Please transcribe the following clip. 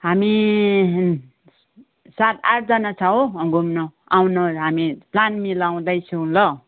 हामी सात आठजना छ हौ घुम्न आउन हामी प्लान मिलाउँदैछौँ ल